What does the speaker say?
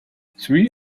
three